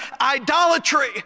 idolatry